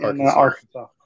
Arkansas